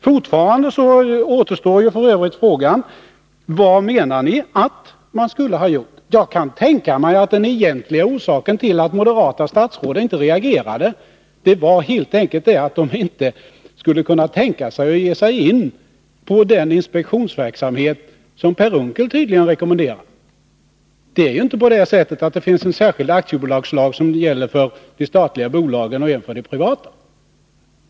Fortfarande kvarstår f. ö. frågan: Vad menar ni att man skulle ha gjort? Jag kan tänka mig att den egentliga orsaken till att moderata statsråd inte reagerade, helt enkelt var att de inte kunde tänka sig att ge sig in på den inspektionsverksamhet som Per Unckel nu tydligen rekommenderar. Det finns ju inte en särskild aktiebolagslag för de statliga bolagen och en annan för de privata.